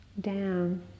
down